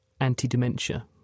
anti-dementia